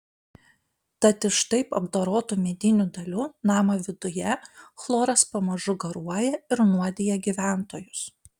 tad iš taip apdorotų medinių dalių namo viduje chloras pamažu garuoja ir nuodija gyventojus